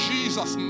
Jesus